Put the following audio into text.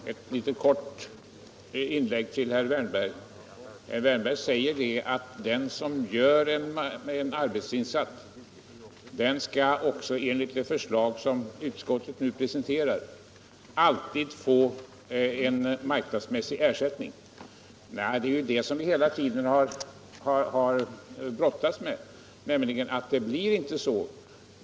Herr talman! Bara ett kort inlägg till herr Wärnberg. Han sade att den som gör en arbetsinsats också enligt det förslag som utskottet här presenterat får en marknadsmässig ersättning. Men det blir ju inte så. Det är ju den saken vi hela tiden har brottats med.